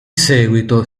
seguito